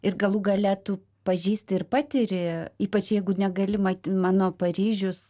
ir galų gale tu pažįsti ir patiri ypač jeigu negali mat mano paryžius